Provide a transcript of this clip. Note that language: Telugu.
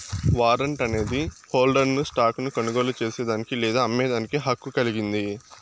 వారంట్ అనేది హోల్డర్ను స్టాక్ ను కొనుగోలు చేసేదానికి లేదా అమ్మేదానికి హక్కు కలిగింది